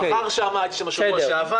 אהיה שם מחר והייתי שם בשבוע שעבר.